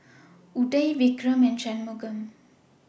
Udai Vikram and Shunmugam